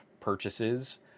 purchases